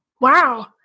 Wow